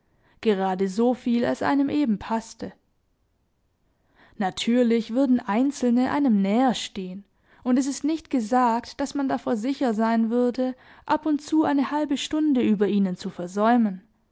gerade so viel als einem eben paßte natürlich würden einzelne einem näher stehen und es ist nicht gesagt daß man davor sicher sein würde ab und zu eine halbe stunde über ihnen zu versäumen